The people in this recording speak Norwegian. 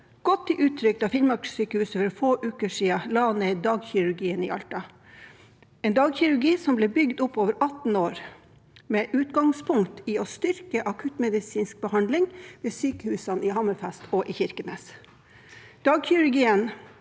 godt til uttrykk da Finnmarkssykehuset for få uker siden la ned dagkirurgien i Alta – en dagkirurgi som ble bygd opp over 18 år med utgangspunkt i å styrke akuttmedisinsk behandling ved sykehusene i Hammerfest og Kirkenes.